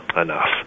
enough